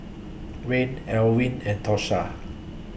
Reid Elwyn and Tosha